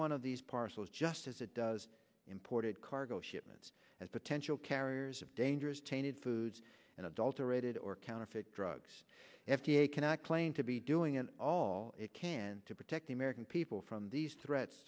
one of these parcels just as it does imported cargo shipments as potential carriers of dangerous tainted foods and adulterated or counterfeit drugs f d a cannot claim to be doing and all it can to protect the american people from these threats